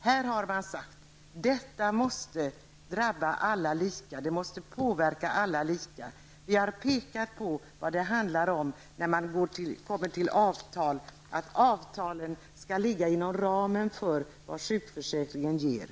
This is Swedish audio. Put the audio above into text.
Man har sagt här att detta måste drabba alla lika. Det måste påverka alla lika. Vi har pekat på vad det handlar om när man kommer till avtal. Det handlar om att avtalen skall ligga inom ramen för vad sjukförsäkringen ger.